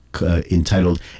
Entitled